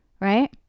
Right